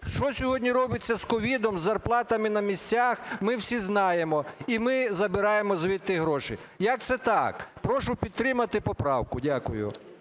Що сьогодні робиться з COVID, з зарплатами на місцях ми всі знаємо і ми забираємо звідти гроші. Як це так? Прошу підтримати поправку. Дякую.